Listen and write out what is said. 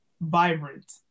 vibrant